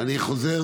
אני חוזר